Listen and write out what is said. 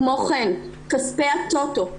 כמו כן כספי הטוטו,